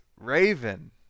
Raven